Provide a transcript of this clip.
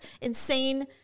insane